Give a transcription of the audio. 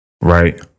Right